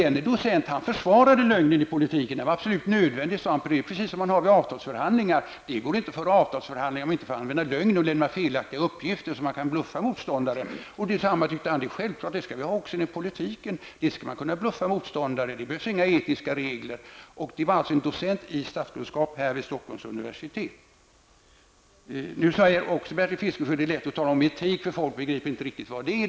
Denne docent i statskunskap försvarade lögnen i politiken. Lögnen är absolut nödvändig, sade han, och jämförde med avtalsförhandlingar. Det går inte att föra avtalsförhandlingar om man inte får använda lögn och lämna felaktiga uppgifter, så att man kan lura motståndaren. Enligt honom var det självklart att detsamma gäller för politiken. Man skall kunna lura motståndaren. Det behövs inga etiska regler. Det är alltså en docent i statskunskap vid Stockholms universitet som har sagt detta. Bertil Fiskesjö sade vidare att det är lätt att tala om etik, för folk begriper inte riktigt vad det är.